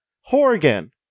Horgan